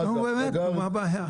נו, באמת, מה הבעיה?